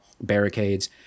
barricades